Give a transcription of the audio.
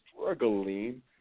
struggling